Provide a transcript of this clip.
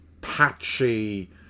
patchy